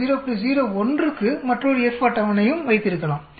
01 க்கு மற்றொரு F அட்டவணையும் வைத்திருக்கலாம்